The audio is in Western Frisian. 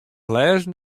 lêzen